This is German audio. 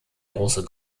große